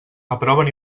aproven